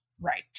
right